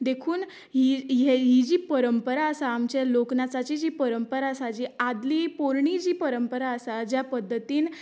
देखून ही हे ही जी परंपरा आसा आमचे लोकनाचाची जी परंपरा आसा जी आदली पोरणी जी परंपरा आसा ज्या पध्दतीन